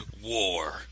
War